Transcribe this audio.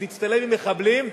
ותצטלם עם מחבלים,